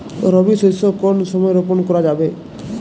রবি শস্য কোন সময় রোপন করা যাবে?